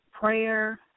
prayer